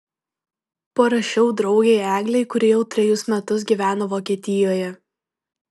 parašiau draugei eglei kuri jau trejus metus gyveno vokietijoje